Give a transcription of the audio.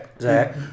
Zach